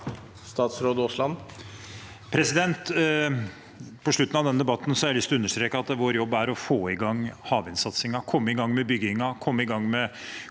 Statsråd Terje Aasland På slutten av denne debatten har jeg lyst til å understreke at vår jobb er å få i gang havvindsatsingen, komme i gang med byggingen, komme i gang med